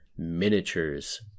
Miniatures